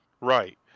right